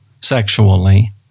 sexually